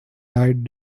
died